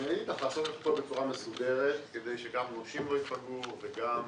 לפעול בצורה מסודרת כדי שגם נושים לא ייפגעו וגם